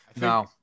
No